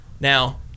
Now